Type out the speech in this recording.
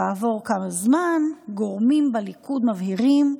כעבור כמה זמן גורמים בליכוד מבהירים: